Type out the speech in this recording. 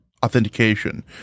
authentication